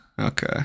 Okay